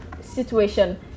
Situation